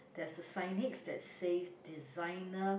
there's a signage that says designer